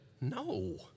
no